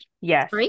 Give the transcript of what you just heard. Yes